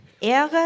Ehre